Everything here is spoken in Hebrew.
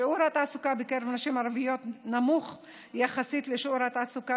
שיעור התעסוקה בקרב נשים ערביות נמוך יחסית לשיעור התעסוקה